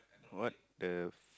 what the